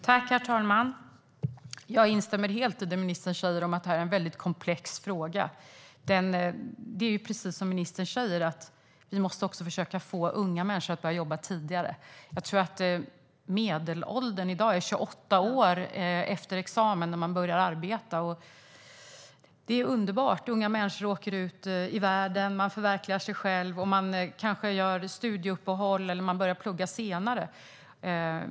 Herr talman! Jag instämmer helt i det ministern säger om att det är en väldigt komplex fråga. Det är precis som ministern säger. Vi måste också försöka få unga människor att börja jobba tidigare. Jag tror att medelåldern för när man börjar arbeta i dag är 28 år, efter examen. Det är underbart att unga människor åker ut i världen. Man förverkligar sig själv. Man kanske gör studieuppehåll eller börjar plugga senare.